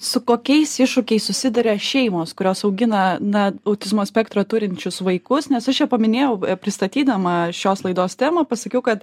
su kokiais iššūkiais susiduria šeimos kurios augina na autizmo spektrą turinčius vaikus nes aš čia paminėjau pristatydama šios laidos temą pasakiau kad